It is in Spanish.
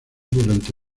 durante